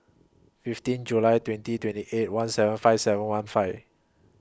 fifteen July twenty twenty eight one seven five seven one five